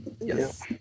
yes